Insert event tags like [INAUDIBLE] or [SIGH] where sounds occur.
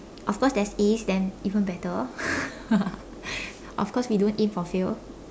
of course there's As then even better [LAUGHS] of course we don't aim for fail